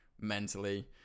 mentally